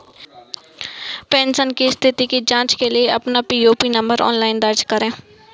pension की स्थिति की जांच के लिए अपना पीपीओ नंबर ऑनलाइन दर्ज करें